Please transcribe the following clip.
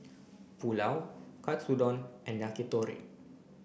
Pulao Katsudon and Yakitori